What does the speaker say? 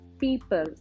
people